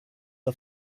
auf